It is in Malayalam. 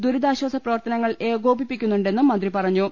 ദുരിതാശ്ചാസപ്രവർത്തനങ്ങൾ ഏകോപിപ്പിക്കുന്നുണ്ടെന്നും മന്ത്രി പറ ഞ്ഞു